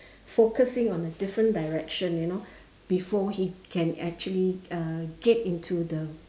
focusing on a different direction you know before he can actually uh get into the